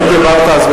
לא, אם דיברת, אז בסדר.